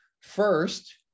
first